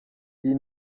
iyi